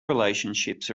relationships